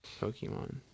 Pokemon